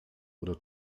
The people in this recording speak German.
oder